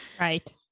Right